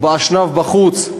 או באשנב בחוץ,